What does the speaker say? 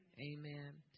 amen